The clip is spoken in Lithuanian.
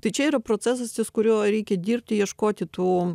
tai čia yra procesas ties kuriuo reikia dirbti ieškoti tų